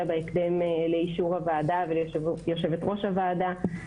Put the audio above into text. בהקדם לאישור הוועדה וליושבת ראש הוועדה.